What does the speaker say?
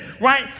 right